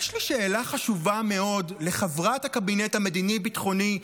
יש לי שאלה חשובה מאוד לחברת הקבינט המדיני-ביטחוני,